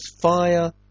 fire